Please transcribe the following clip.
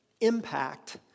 impact